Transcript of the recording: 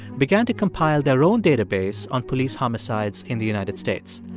began to compile their own database on police homicides in the united states.